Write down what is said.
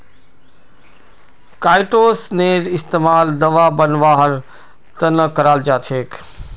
काईटोसनेर इस्तमाल दवा बनव्वार त न कराल जा छेक